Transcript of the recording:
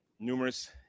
numerous